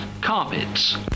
carpets